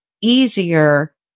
easier